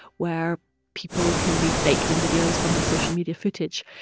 where people can be faked in videos from their social media footage.